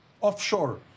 offshore